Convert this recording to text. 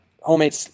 homemade